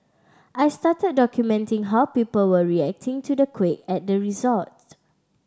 I started documenting how people were reacting to the quake at the resort